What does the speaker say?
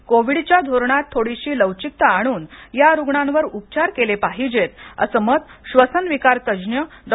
त्यामुळे कोवीडच्या धोरणात थोडीशी लवचिकता आणून या रुग्णांवर उपचार केले पाहिजेत असे मत श्वसन विकारतज्ञ डॉ